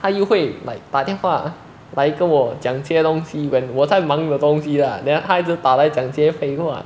他又会 like 打电话来跟我讲这些东西 when 我在忙的东西 lah then 他一直打来讲这些废话